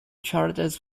characters